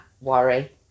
worry